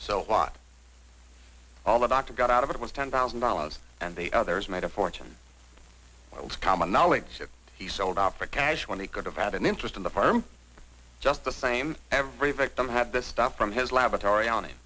why all the doctor got out of it was ten thousand dollars and the others made a fortune i was common knowledge that he sold out for cash when he could have had an interest in the farm just the same every victim had this stuff from his laboratory on